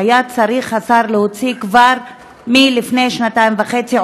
שהשר היה צריך להוציא כבר לפני שנתיים וחצי,